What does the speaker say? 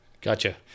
Gotcha